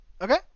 Okay